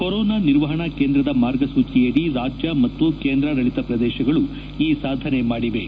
corona ನಿರ್ವಪಣಾ ಕೇಂದ್ರದ ಮಾರ್ಗಸೂಚಿಯಡಿ ರಾಜ್ಯ ಮತ್ತು ಕೇಂದ್ರಾಡಳಿತ ಪ್ರದೇಶಗಳು ಈ ಸಾಧನೆಯನ್ನು ಮಾಡಿವೆ